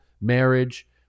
marriage